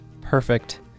perfect